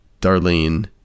Darlene